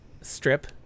strip